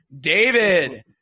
David